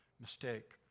mistake